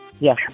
Yes